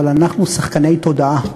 אבל אנחנו שחקני תודעה,